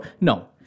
No